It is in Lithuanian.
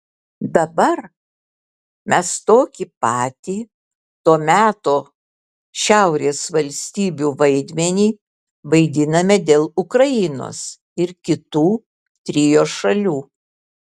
dabar mes tokį patį to meto šiaurės valstybių vaidmenį vaidiname dėl ukrainos ir kitų trio šalių